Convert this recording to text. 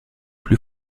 plus